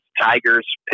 Tigers